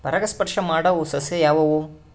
ಪರಾಗಸ್ಪರ್ಶ ಮಾಡಾವು ಸಸ್ಯ ಯಾವ್ಯಾವು?